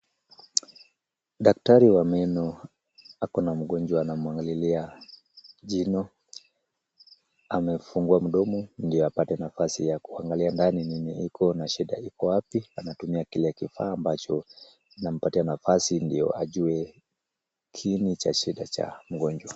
Daktari wa meno ako na mgonjwa anamwangalilia jino. Amefungua mdomo ndiyo apate nafasi ya kuangalia ndani nini iko na shida liko wapi. Anatumia kile kifaa ambacho kinampatia nafasi ndio ajue kiini cha shida cha mgonjwa.